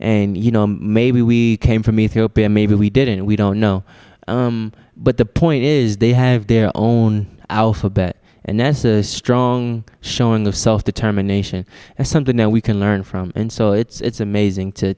and you know maybe we came from ethiopia maybe we didn't we don't know but the point is they have their own alphabet and that's the strong showing of self determination and something now we can learn from and so it's amazing to